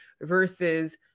versus